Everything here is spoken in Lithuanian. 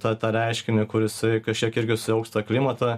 tą tą reiškinį kur jisai kažkiek irgi silpsta klimatą